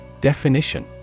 Definition